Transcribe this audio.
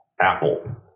Apple